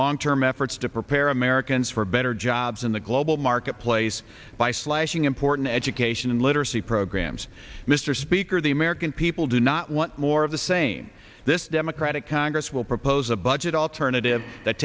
long term efforts to prepare americans for better jobs in the global marketplace by slashing important education and literacy programs mr speaker the american people do not want more of the same this democratic congress will propose a budget alternative that